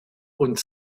und